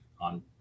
on